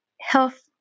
health